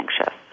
anxious